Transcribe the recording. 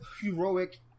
heroic